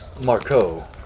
Marco